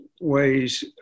ways